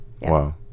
Wow